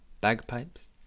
bagpipes